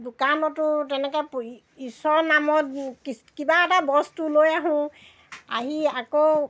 দোকানতো তেনেকৈ প ঈশ্বৰৰ নামত কিবা এটা বস্তু লৈ আহোঁ আহি আকৌ